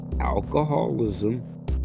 alcoholism